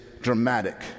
dramatic